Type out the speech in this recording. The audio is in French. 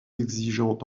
exigeante